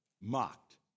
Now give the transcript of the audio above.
mocked